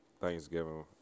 Thanksgiving